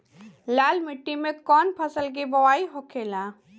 लाल मिट्टी में कौन फसल के बोवाई होखेला?